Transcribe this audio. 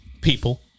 people